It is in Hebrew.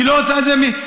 היא לא עושה את זה בהיחבא.